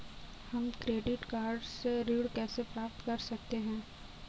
हम credit card से ऋण कैसे प्राप्त कर सकते हैं?